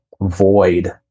void